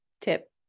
tip